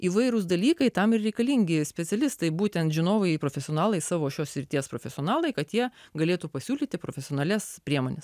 įvairūs dalykai tam ir reikalingi specialistai būtent žinovai profesionalai savo šios srities profesionalai kad jie galėtų pasiūlyti profesionalias priemones